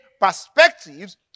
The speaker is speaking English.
perspectives